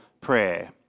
prayer